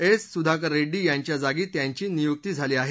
S Sudhakar Reddy यांच्या जागी त्यांची नियुक्ती झाली आहे